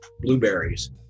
blueberries